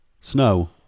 Snow